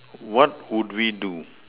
what would we do